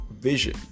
vision